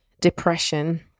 depression